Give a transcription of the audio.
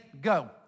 go